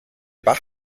bach